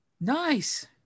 Nice